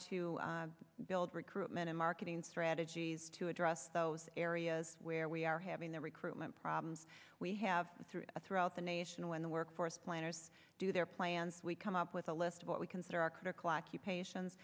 to build recruitment in marketing strategies to address those areas where we are having the recruitment problems we have through throughout the nation when the workforce planners do their plans we come up with a list of what we consider are critical occupations